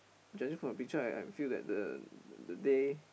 judging from the picture I I feel that the day